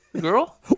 girl